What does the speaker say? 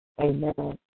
Amen